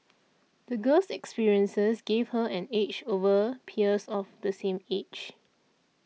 the girl's experiences gave her an edge over her peers of the same age